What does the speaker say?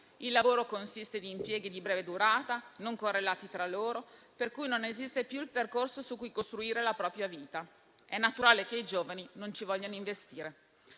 il lavoro consiste in impieghi di breve durata, non correlati tra loro, per cui non esiste più il percorso su cui costruire la propria vita ed è naturale che i giovani non ci vogliano investire.